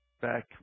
back